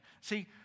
See